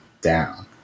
down